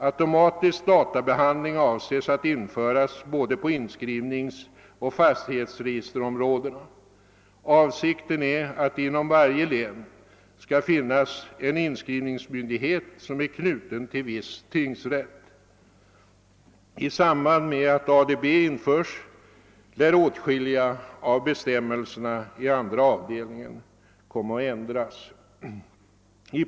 Automatisk databehandling avses att införas både på inskrivningsoch fastighetsregisterområdena. Avsikten är att inom varje län skall finnas en inskrivningsmyndighet som är knuten till viss tingsrätt. I sam band med att ADB införs lär åtskilliga av bestämmelserna i andra avdelningen av jordabalken komma att ändras.